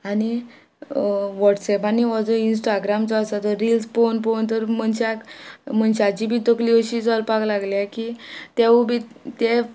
आनी वॉट्सॅपानी हो जो इन्स्टाग्राम जो आसा तो रिल्स पोवन पोवन तर मनशाक मनशाची बी तकली अशी जरपाक लागले की तेवोय बी ते